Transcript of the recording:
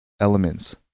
elements